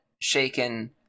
Shaken